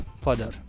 further